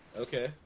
Okay